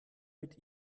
mit